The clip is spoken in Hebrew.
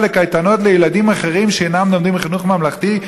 לקייטנות לילדים אחרים שאינם לומדים בחינוך ממלכתי,